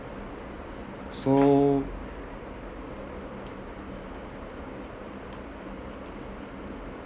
so